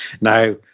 now